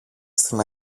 στην